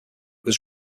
was